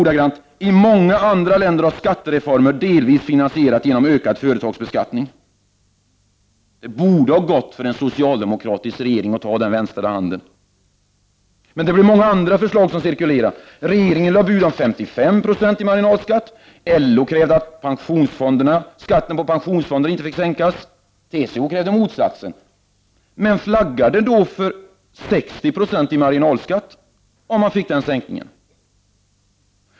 Det sades: ”I många andra länder har skattereformer delvis finansierats genom ökad företagsbeskattning.” Det borde alltså ha varit möjligt för en socialdemokratisk regering att fatta den utsträckta vänsterhanden. Det var många andra förslag som cirkulerade. Regeringen lade fram bud om 55 90 i marginalskatt. LO krävde att skatten på pensionsfonderna inte fick sänkas. TCO krävde motsatsen men flaggade för 60 96 i marginalskatt, om man fick den sänkningen.